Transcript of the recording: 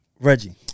Reggie